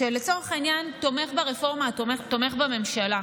שלצורך העניין תומך ברפורמה, תומך בממשלה,